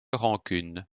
rancune